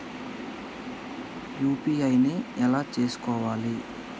UPI ను ఎలా చేస్కోవాలి?